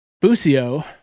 Busio